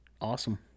awesome